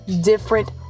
different